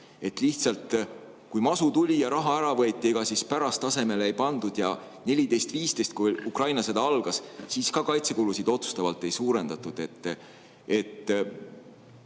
vajadust. Kui masu tuli ja raha ära võeti, ega siis pärast asemele ei pandud. Aastatel 2014–2015, kui Ukraina sõda algas, siis ka kaitsekulusid otsustavalt ei suurendatud.